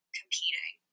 competing